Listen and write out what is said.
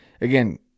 again